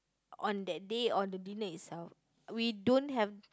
on that day on the dinner itself we don't have